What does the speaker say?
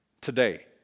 today